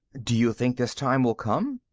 do you think this time will come?